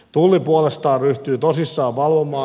tulli puolestaan ryhtyy tosissaan valvomaan